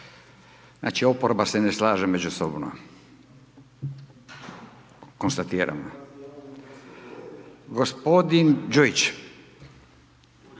Znači oporba se ne slaže međusobno, konstatiram. Gospodin Đujić.